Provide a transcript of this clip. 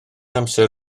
amser